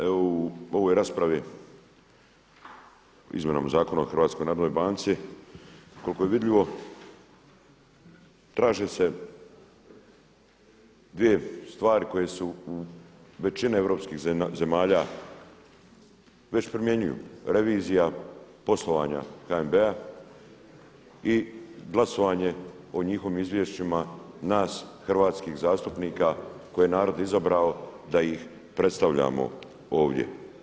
Evo u ovoj raspravi izmjenom Zakona o HNB-u koliko je vidljivo traže se dvije stvari koje većine europskih zemalja već primjenjuju revizija poslovanja HNB-a i glasovanje o njihovim izvješćima nas hrvatskih zastupnika koje je narod izabrao da ih predstavljamo ovdje.